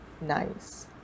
nice